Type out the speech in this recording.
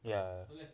ya